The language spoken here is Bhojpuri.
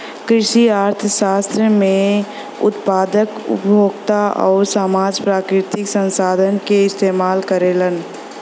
कृषि अर्थशास्त्र में उत्पादक, उपभोक्ता आउर समाज प्राकृतिक संसाधन क इस्तेमाल करलन